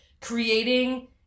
creating